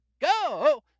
go